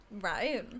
Right